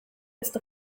ist